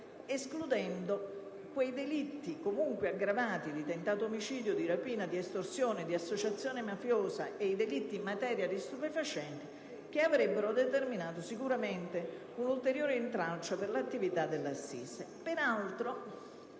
escludendo i delitti, comunque aggravati, di tentato omicidio, di rapina, di estorsione e di associazione di tipo mafioso e i delitti in materia di stupefacenti, che avrebbero determinato sicuramente un ulteriore intralcio per l'attività dell'assise.